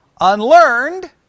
unlearned